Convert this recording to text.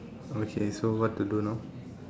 okay so what to do now